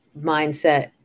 mindset